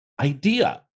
idea